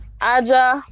Aja